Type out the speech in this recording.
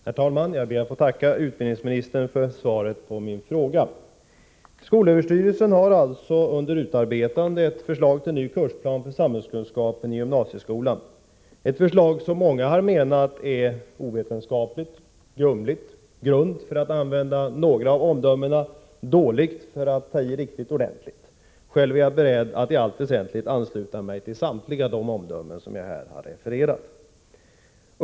Herr talman! Jag ber att få tacka utbildningsministern för svaret på min fråga. Skolöverstyrelsen har alltså under utarbetande ett förslag till ny kursplan för samhällskunskap i gymnasieskolan. Det är ett förslag som många har menat är ovetenskapligt, grumligt, grunt, för att använda några av omdömena, dåligt, för att ta i riktigt ordentligt. Själv är jag beredd att i allt väsentligt ansluta mig till samtliga omdömen som jag här har refererat.